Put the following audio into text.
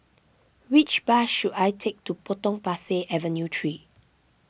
which bus should I take to Potong Pasir Avenue three